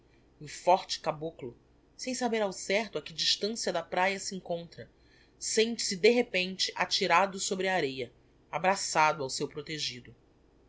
o forte caboclo sem saber ao certo a que distancia da praia se encontra sente-se de repente atirado sobre a areia abraçado ao seu protegido